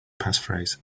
passphrase